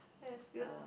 that's good